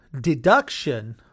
deduction